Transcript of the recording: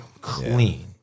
clean